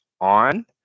on